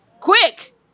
Quick